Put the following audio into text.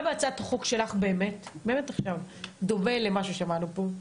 מה בהצעת החוק שלך דומה למה ששמענו פה?